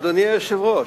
אדוני היושב-ראש,